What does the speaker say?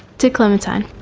to clementine,